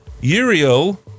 Uriel-